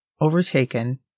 overtaken